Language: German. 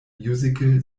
musical